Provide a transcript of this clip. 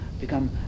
become